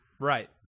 Right